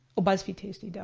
oh buzzfeed tasty,